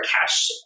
cash